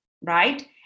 right